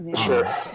sure